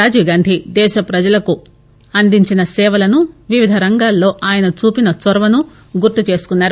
రాజీవ్ దేశ ప్రజలకు అందించిన సేవలను వివిధ రంగాలలో ఆయన చూపిన చొరవకు గుర్తు చేసుకున్నారు